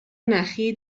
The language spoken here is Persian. نخی